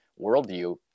worldview